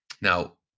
Now